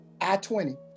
I-20